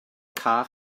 cae